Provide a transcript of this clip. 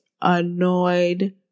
annoyed